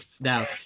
now